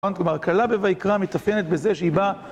כלומר, כלה בויקרא מתאפיינת בזה שהיא באה...